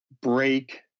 break